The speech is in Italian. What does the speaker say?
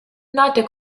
note